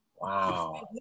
Wow